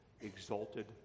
exalted